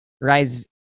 rise